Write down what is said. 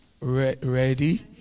ready